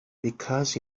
because